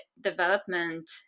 development